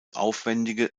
aufwendige